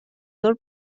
ظهر